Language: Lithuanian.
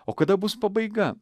o kada bus pabaiga